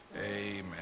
Amen